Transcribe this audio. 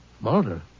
Murder